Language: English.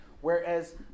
Whereas